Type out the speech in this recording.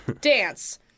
Dance